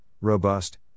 robust